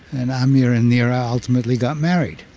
and amir and nira ultimately got married.